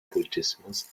buddhismus